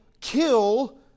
kill